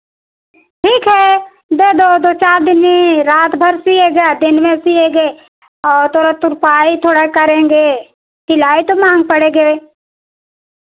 ठीक है दे दो दो चार दिन में रात भर सिएगा दिन में भी सिएंगे और थोड़ा तुरपाई थोड़ा करेंगे सिलाई तो महंग पड़ेंगे